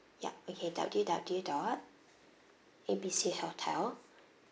yup okay W W dot A B C hotel